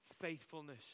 faithfulness